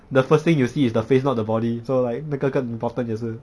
the first thing you see is the face not the body so like 那个更 important 也是